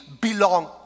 belong